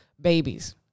babies